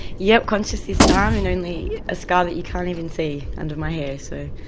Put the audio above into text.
yes, conscious this time and only a scar that you can't even see under my hair. so